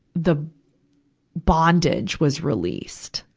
the bondage was released.